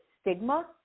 stigma